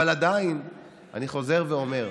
אבל עדיין אני חוזר ואומר,